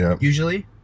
usually